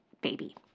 baby